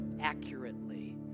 accurately